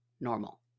normal